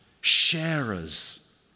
sharers